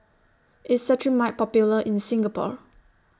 IS Cetrimide Popular in Singapore